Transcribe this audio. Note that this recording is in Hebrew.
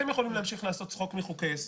אתם יכולים להמשיך לעשות צחוק מחוקי יסוד,